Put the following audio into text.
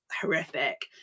horrific